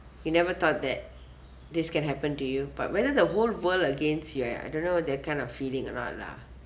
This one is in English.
you never thought that this can happen to you but whether the whole world against you uh I don't know that kind of feeling or not lah